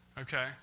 Okay